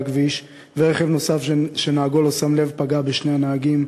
הכביש ורכב נוסף שנהגו לא שם לב פגע בשני הנהגים.